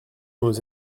nos